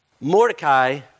Mordecai